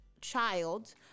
child